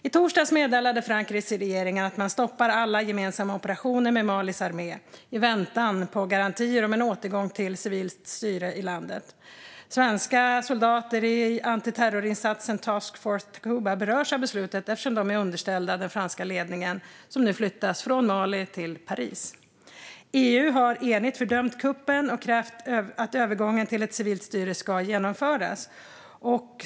I torsdags meddelade Frankrikes regering att man stoppar alla gemensamma operationer med Malis armé i väntan på garantier om en återgång till civilt styre i landet. Svenska soldater i antiterrorinsatsen Task Force Takuba berörs av beslutet, eftersom de är underställda den franska ledningen som nu flyttas från Mali till Paris. EU har enigt fördömt kuppen och krävt att övergången till ett civilt styre genomförs.